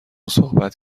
صحبت